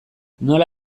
nola